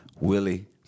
Willie